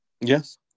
Yes